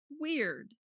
weird